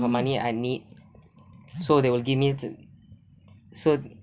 my money I need so they will give me the so